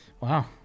Wow